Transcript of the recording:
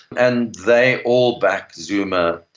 and they all backed zuma,